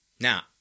Now